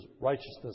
righteousness